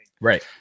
Right